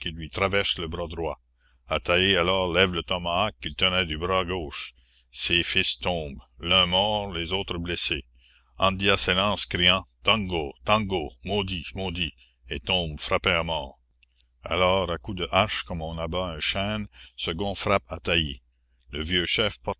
lui traverse le bras droit ataî alors lève le tomahowk qu'il tenait du bras gauche ses fils tombent l'un mort les autres blessés andia s'élance criant tango tango maudit maudit et tombe frappé à mort alors à coups de hache comme on abat un chêne segon frappe ataï le vieux chef